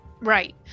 Right